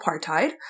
Apartheid